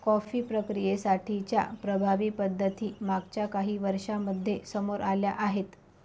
coffee प्रक्रियेसाठी च्या प्रभावी पद्धती मागच्या काही वर्षांमध्ये समोर आल्या आहेत